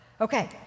okay